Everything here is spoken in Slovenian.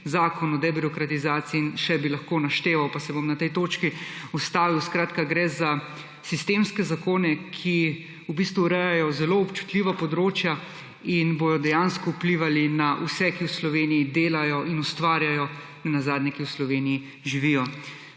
Zakon o debirokratizaciji in še bi lahko našteval, pa se bom na tej točki ustavil. Skratka, gre za sistemske zakone, ki v bistvu urejajo zelo občutljiva področja in bojo dejansko vplivali na vse, ki v Sloveniji delajo in ustvarjajo, nenazadnje ki v Sloveniji živijo.